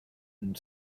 and